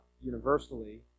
universally